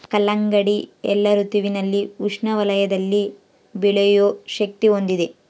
ಕಲ್ಲಂಗಡಿ ಎಲ್ಲಾ ಋತುವಿನಲ್ಲಿ ಉಷ್ಣ ವಲಯದಲ್ಲಿ ಬೆಳೆಯೋ ಶಕ್ತಿ ಹೊಂದಿದೆ